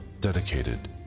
dedicated